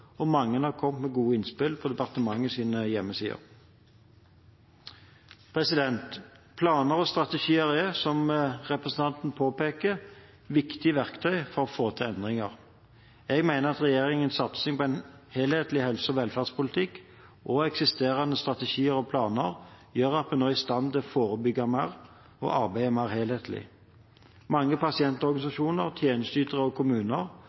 og mange har kommet med gode innspill på departementets hjemmeside. Planer og strategier er, som representanten påpeker, viktige verktøy for å få til endringer. Jeg mener at regjeringens satsing på en helhetlig helse- og velferdspolitikk, og eksisterende strategier og planer, gjør at vi nå er i stand til å forebygge mer og å arbeide mer helhetlig. Mange pasientorganisasjoner, tjenesteytere og kommuner